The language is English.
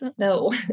no